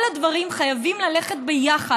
כל הדברים חייבים ללכת ביחד.